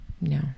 no